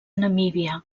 namíbia